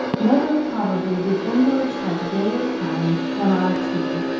never, probably, did invalids have gayer times than our two,